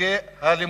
בהישגים הלימודיים.